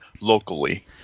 locally